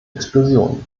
explosion